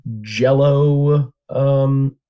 jello